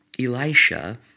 Elisha